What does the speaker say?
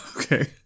Okay